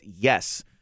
yes